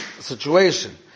situation